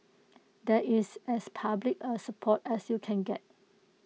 that is as public A support as you can get